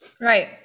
Right